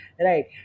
Right